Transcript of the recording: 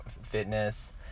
fitness